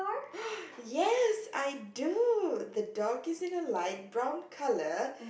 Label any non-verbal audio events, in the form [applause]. [noise] yes I do the dog is in a light brown colour